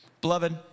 Beloved